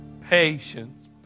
patience